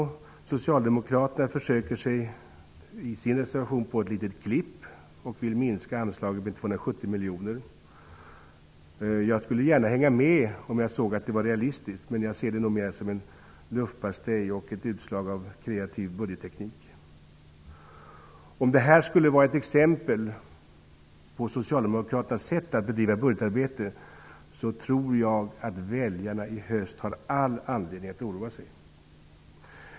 Socialdemokraterna försöker sig på ett litet klipp i sin reservation. De vill minska anslaget med 270 miljoner. Jag skulle gärna hänga med om jag såg att det var realistiskt, men jag ser det nog mera som en luftpastej och ett utslag av kreativ budgetteknik. Om detta är ett exempel på Socialdemokraternas sätt att bedriva budgetarbete tror jag att väljarna i höst har all anledning att oroa sig.